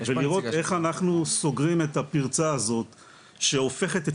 בשביל לראות איך אנחנו סוגרים את הפרצה הזאת שהופכת את